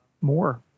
more